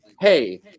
Hey